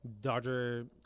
Dodger